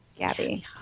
Gabby